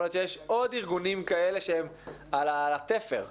להיות שיש עוד ארגונים כאלה שהם על התפר.